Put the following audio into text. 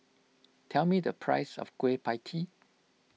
tell me the price of Kueh Pie Tee